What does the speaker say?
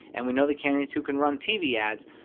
and we know the candidates who can run tv ads.